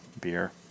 beer